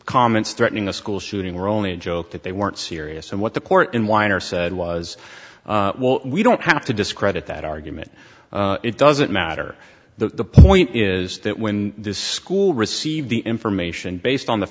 comments threatening a school shooting were only a joke that they weren't serious and what the court in weiner said was we don't have to discredit that argument it doesn't matter the point is that when this school received the information based on the